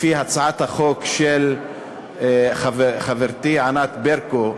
לפי הצעת החוק של חברתי ענת ברקו,